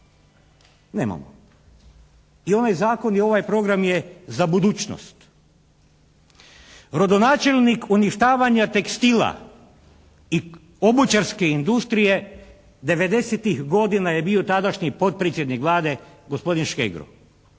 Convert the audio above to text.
Nemamo. I ovaj Zakon i ovaj program je za budućnost. Rodonačelnih uništavanja tekstila i obućarske industrije 90-tih godina je bio tadašnji potpredsjednik Vlade gospodin Škegro.